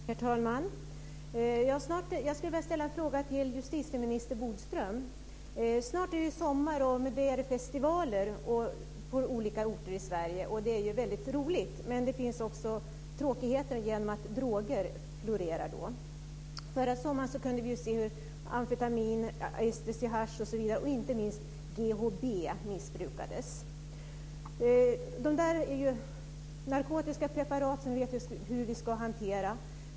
Herr talman! Jag skulle vilja ställa en fråga till justitieminister Bodström. Snart är det sommar och med den följer festivaler på olika orter i Sverige, och det är ju väldigt roligt. Men det finns också tråkigheter som att droger florerar då. Förra sommaren kunde vi se hur amfetamin, ecstasy, hasch och inte minst GHB missbrukades. Det här är narkotiska preparat som vi vet hur vi ska hantera.